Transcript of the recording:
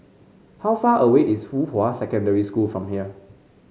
how far away is Fuhua Secondary School from here